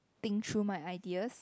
think through my ideas